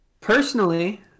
personally